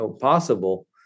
possible